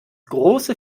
große